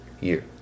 year